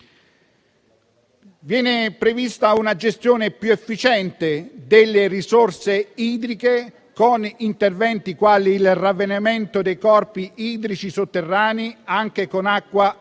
Viene prevista una gestione più efficiente delle risorse idriche con interventi quali il ravvenamento dei corpi idrici sotterranei anche con acqua